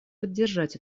поддержать